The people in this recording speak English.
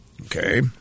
Okay